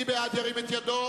מי בעד, ירים את ידו.